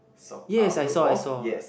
soc~ uh football yes